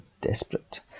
desperate